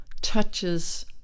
touches